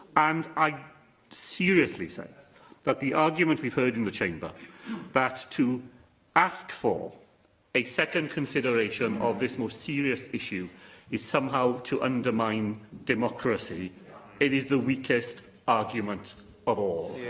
and i seriously say that the argument we've heard in the chamber that to ask for a second consideration of this most serious issue is somehow to undermine democracy it is the weakest argument of all.